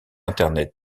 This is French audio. internet